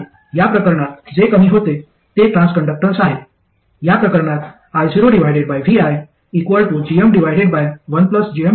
आणि या प्रकरणात जे कमी होते ते ट्रान्सकंडक्टन्स आहे